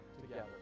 together